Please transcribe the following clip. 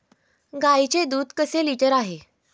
गाईचे दूध कसे लिटर आहे?